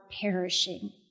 perishing